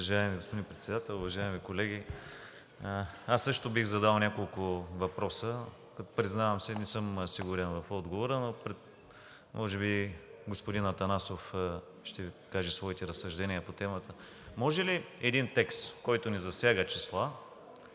Уважаеми господин Председател, уважаеми колеги! Аз също бих задал няколко въпроса, като, признавам си, не съм сигурен в отговора – може би господин Атанасов ще каже своите разсъждения по темата. Може ли един текст, който не засяга числа,